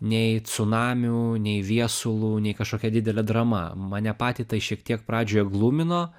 nei cunamiu nei viesulu nei kažkokia didele drama mane patį tai šiek tiek pradžioje glumino